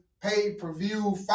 pay-per-view